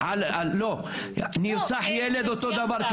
נרצח ילד, אותו דבר.